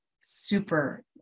super